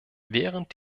während